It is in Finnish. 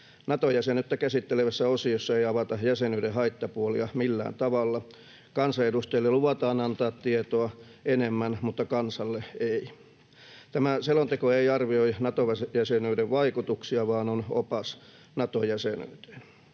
Nato-jäsenyyttä käsittelevässä osiossa ei avata jäsenyyden haittapuolia millään tavalla. Kansanedustajille luvataan antaa tietoa enemmän, mutta kansalle ei. Tämä selonteko ei arvioi Nato-jäsenyyden vaikutuksia vaan on opas Nato-jäsenyyteen.